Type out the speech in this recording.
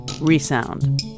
ReSound